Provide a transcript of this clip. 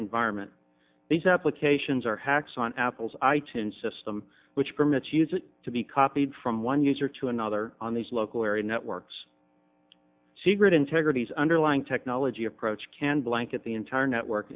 environment these applications are hacks on apple's i tunes system which permits use to be copied from one user to another on these local area networks secret integrities underlying technology approach can blanket the entire network